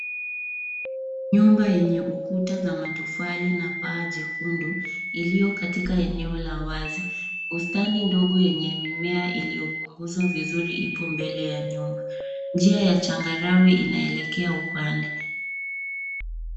Nyumba yenye ukuta za matofali na paa jekundu iliyo katika eneo la wazi. Bustani ndogo yenye mimea iliyo kwauzwa vizuri ipo mbele ya nyumba. Njia ya changarawe inaelekea upande.